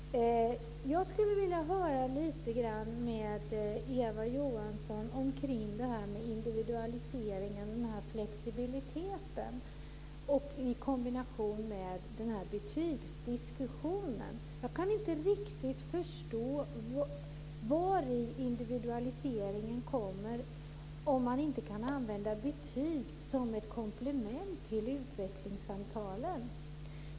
Fru talman! Jag skulle vilja höra lite grann om detta med individualiseringen och flexibiliteten i kombination med betygsdiskussionen. Jag kan inte riktigt förstå var individualiseringen kommer in om man inte kan använda betyg som ett komplement till utvecklingssamtalen.